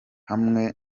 hamwe